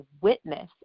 witness